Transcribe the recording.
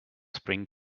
spring